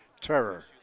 terror